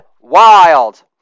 wild